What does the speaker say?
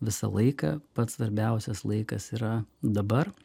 visą laiką pats svarbiausias laikas yra dabar